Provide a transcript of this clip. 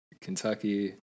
Kentucky